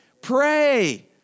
Pray